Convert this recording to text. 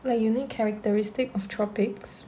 like you need characteristic of tropics